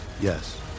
Yes